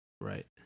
Right